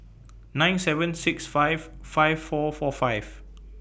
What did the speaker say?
nine seven six five five four four five